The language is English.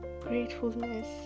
gratefulness